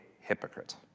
hypocrite